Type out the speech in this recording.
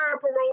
parole